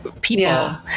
people